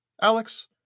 Alex